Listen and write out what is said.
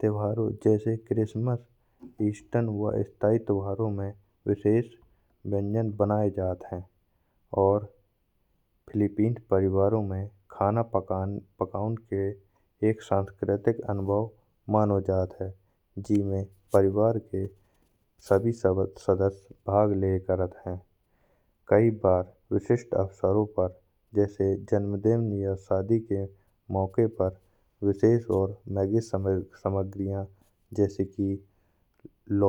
त्योहारों जैसे Christmas Easter वा स्थाई त्योहारों में विशेष व्यंजन बनाए जात हैं। और फिलीपींस परिवारों में खाना पकाने के एक सांस्कृतिक अनुभव मानो जात है। जिसमें परिवार के सभी सदस्य भाग ले करत हैं। कई बार विशेषत अवसरों पर जैसे जन्मदिन या शादी के मौके पर विशेष और महंगी सामग्री जैसे कि लाचौन बनाओ जात हैं।